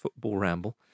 footballramble